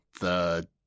the-